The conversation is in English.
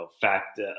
fact